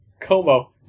Como